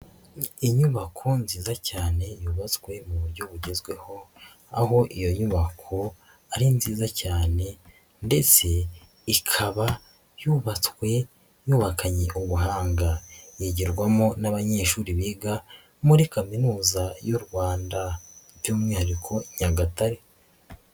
Inyubako nziza cyane yubatswe mu buryo bugezweho aho iyo nyubako ari nziza cyane ndetse ikaba yubatswe yubakanye ubuhanga, yigirwarwamo n'abanyeshuri biga muri kaminuza y'u Rwanda by'umwihariko Nyagatare.